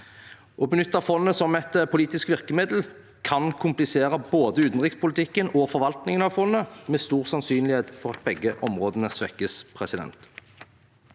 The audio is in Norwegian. Å benytte fondet som et politisk virkemiddel kan komplisere både utenrikspolitikken og forvaltningen av fondet, med stor sannsynlighet for at begge områdene svekkes. Ellers